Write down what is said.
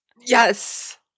Yes